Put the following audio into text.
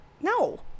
no